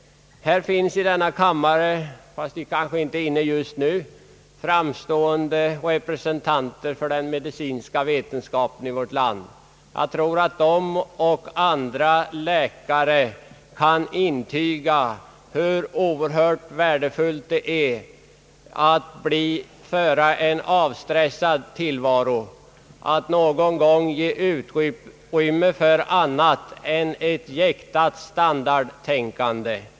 Här finns i denna kammare — fast de kanske inte är inne just nu — framstående representanter för den medicinska vetenskapen i vårt land. Jag tror att de och andra läkare kan intyga hur oerhört värdefullt det är att föra en avstressad tillvaro och att någon gång få ge uttryck för något annat än ett jäktat standardtänkande.